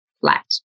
flat